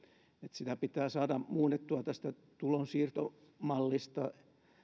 sitä pitää saada muunnettua tästä tulonsiirtomallista